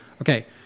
okay